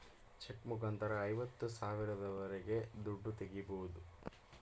check ಮುಖಾಂತರ ಐವತ್ತು ಸಾವಿರದವರೆಗೆ ದುಡ್ಡು ತಾಗೋಬೋದು